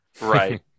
right